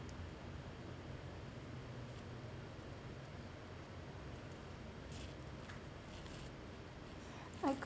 I got